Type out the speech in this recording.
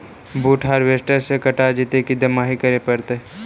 बुट हारबेसटर से कटा जितै कि दमाहि करे पडतै?